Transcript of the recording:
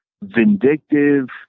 vindictive